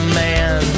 man